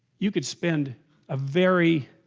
you could spend a very